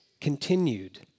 continued